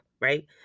right